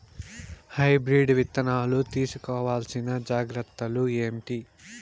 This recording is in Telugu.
హైబ్రిడ్ విత్తనాలు తీసుకోవాల్సిన జాగ్రత్తలు ఏంటి?